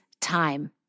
time